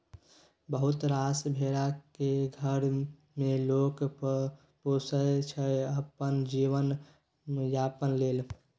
बहुत रास भेरा केँ घर मे लोक पोसय छै अपन जीबन यापन लेल